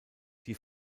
die